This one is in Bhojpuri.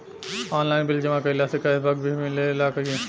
आनलाइन बिल जमा कईला से कैश बक भी मिलेला की?